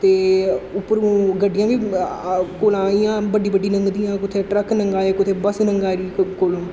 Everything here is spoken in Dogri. ते उप्परूं गड्डियां बी कोला इ'यां बड्डी बड्डी लंघदियां कुतै ट्रक लंघा दे कुतै बस लंघा दी कोई कोलूं